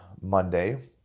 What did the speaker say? Monday